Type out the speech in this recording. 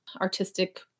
artistic